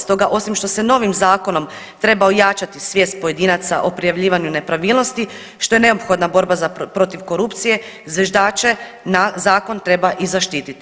Stoga osim što se novim zakonom treba ojačati svijest pojedinaca o prijavljivanju nepravilnosti što je neophodna borba protiv korupcije zviždače na zakon treba i zaštititi.